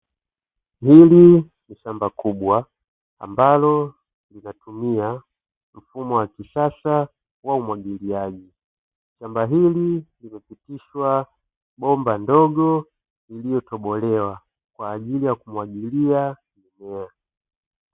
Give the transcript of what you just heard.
Hili ni shamba kubwa, ambalo linatumia mfumo wa kisasa wa umwagiliaji. Shamba hili limepitishwa bomba ndogo iliyotobolewa kwa ajili ya kumwagilia mimea.